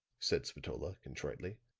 said spatola, contritely.